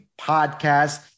Podcast